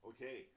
Okay